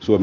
suom